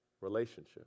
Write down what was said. relationship